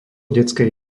detskej